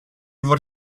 vor